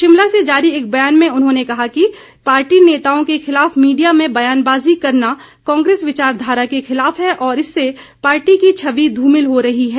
शिमला से जारी एक बयान में उन्होंने कहा कि पार्टी नेताओं के खिलाफ मीडिया में बयानबाजी करना कांग्रेस विचारधारा के खिलाफ है और इससे पार्टी की छवि ध्रमिल हो रही है